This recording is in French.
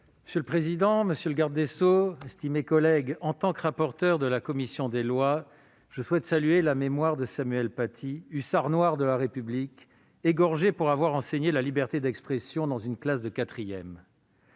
Monsieur le président, monsieur le garde des sceaux, estimés collègues, en tant que rapporteur de la commission des lois, je souhaite saluer la mémoire de Samuel Paty, hussard noir de la République, égorgé pour avoir enseigné la liberté d'expression dans une classe de quatrième.